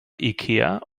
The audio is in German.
ikea